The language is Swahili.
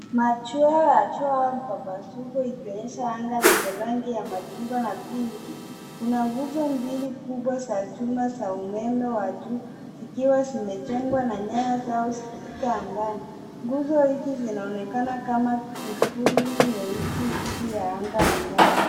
Machweo ya jua au pambazuko ikionyesha anga lenye rangi ya machungwa na pinki . Kuna nguzo mbili kubwa za chuma za umeme wa juu zikiwa zimejengwa na nyaya zao zikipita angani. Nguzo hizi zinaonekana kama kivuli nyeusi dhidi ya anga angavu.